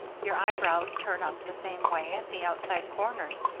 your eyebrows turn up the same way at the outside corners,